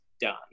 done